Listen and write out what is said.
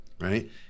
right